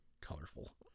colorful